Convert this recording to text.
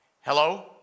Hello